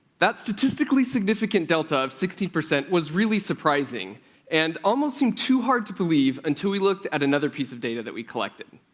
that statistically significant delta of sixteen percent was really surprising and almost seemed too hard to believe until we looked at another piece of data that we collected,